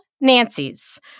Nancy's